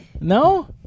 No